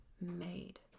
made